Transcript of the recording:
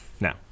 Now